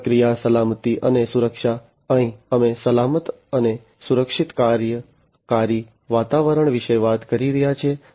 પ્રક્રિયા સલામતી અને સુરક્ષા અહીં અમે સલામત અને સુરક્ષિત કાર્યકારી વાતાવરણ વિશે વાત કરી રહ્યા છીએ